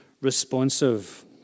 responsive